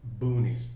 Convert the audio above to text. boonies